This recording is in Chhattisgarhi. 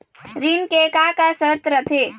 ऋण के का का शर्त रथे?